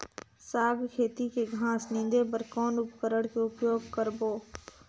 साग खेती के घास निंदे बर कौन उपकरण के उपयोग करबो?